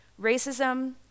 racism